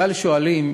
ליסטים אתם,